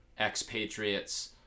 expatriates